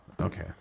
Okay